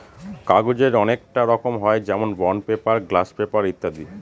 কাগজের অনেককটা রকম হয় যেমন বন্ড পেপার, গ্লাস পেপার ইত্যাদি